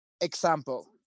Example